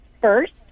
first